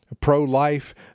pro-life